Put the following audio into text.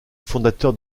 fondateur